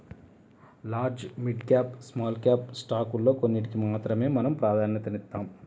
large, mid cap, small cap స్టాకుల్లో కొన్నిటికి మాత్రమే మనం ప్రాధన్యతనిస్తాం